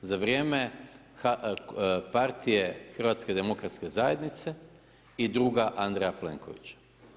Za vrijeme partije HDZ-a i druga Andreja Plenkovića.